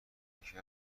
یکی